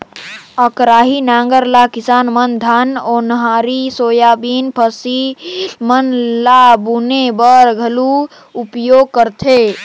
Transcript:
अकरासी नांगर ल किसान मन धान, ओन्हारी, सोयाबीन फसिल मन ल बुने बर घलो उपियोग करथे